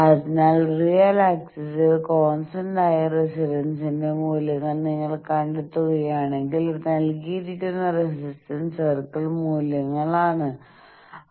അതിനാൽ റിയൽ ആക്സിസിൽ കോൺസ്റ്റന്റായ റെസിസ്റ്റൻസിന്റെ മൂല്യങ്ങൾ നിങ്ങൾ കണ്ടെത്തുകയാണെങ്കിൽ നൽകിയിരിക്കുന്നത് റെസിസ്റ്റൻസ് സർക്കിൾ മൂല്യങ്ങൾ ആണ്